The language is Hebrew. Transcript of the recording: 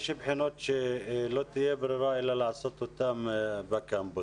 יש בחינות שלא תהיה ברירה אלא לעשות אותן בקמפוסים.